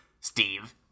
Steve